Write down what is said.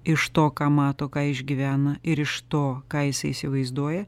iš to ką mato ką išgyvena ir iš to ką jisai įsivaizduoja